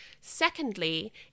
Secondly